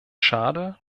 schade